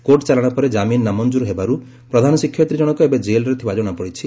court ଚାଲାଶ ପରେ ଜାମିନ୍ ନାମଞ୍ଠୁର ହେବାରୁ ପ୍ରଧାନ ଶିକ୍ଷୟିତ୍ରୀ ଜଶକ ଏବେ ଜେଲ୍ରେ ଥିବା ଜଶାପଡିଛି